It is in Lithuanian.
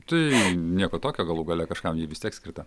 tai nieko tokio galų gale kažkam ji vis tiek skirta